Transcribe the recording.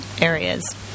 areas